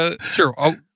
Sure